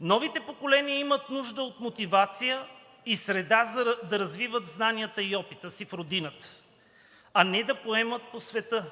Новите поколения имат нужда от мотивация и среда да развиват знанията и опита си в Родината, а не да поемат по света.